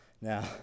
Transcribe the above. Now